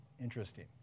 Interesting